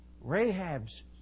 Rahab's